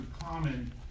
common